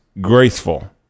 graceful